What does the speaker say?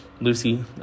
Lucy